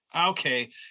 Okay